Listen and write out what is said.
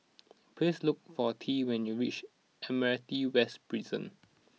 please look for Tea when you reach Admiralty West Prison